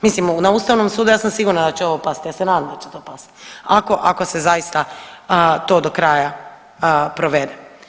Mislim na Ustavnom sudu ja sam sigurna da će ovo pasti, ja se nadam da će to pasti ako se zaista to do kraja provede.